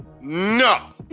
No